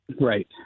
Right